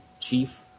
chief